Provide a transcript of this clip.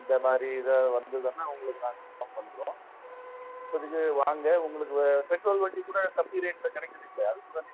அந்த மாதிரி ஏதாது வந்ததுனால் உங்களுக்கு ஆஃபர் பண்ணுறோம் இப்போதைக்கு வாங்க உங்களுக்கு பெட்ரோல் வண்டி கூட கம்மி ரேட்டில் கிடைக்குது இங்கே அது கூட நீங்கள் பாருங்க